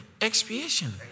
Expiation